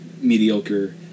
mediocre